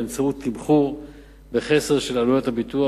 באמצעות תמחור בחסר של עלויות הביטוח,